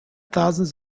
thousands